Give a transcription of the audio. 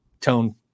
tone